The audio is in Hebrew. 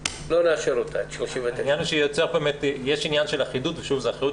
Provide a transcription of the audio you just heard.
נאשר את תקנה 39. העניין הוא שיש עניין של אחידות וזאת אחריות